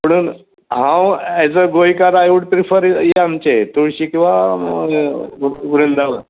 पुणून हांव as a गोंयकार आय वूड प्रिफर हें आमचें तुळशी किंवा वृंदावन